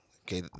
okay